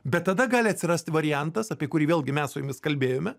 bet tada gali atsirasti variantas apie kurį vėlgi mes su jumis kalbėjome